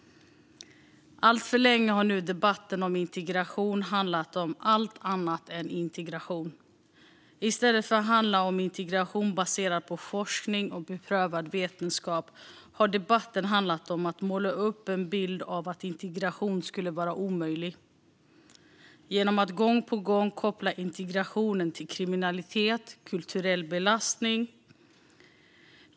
Alltför länge har nu debatten om integration handlat om allt annat än integration. I stället för att handla om integration baserad på forskning och beprövad vetenskap har debatten handlat om att måla upp en bild av att integration skulle vara omöjlig, genom att integration gång på gång kopplas till kriminalitet och kulturell belastning.